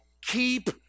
keep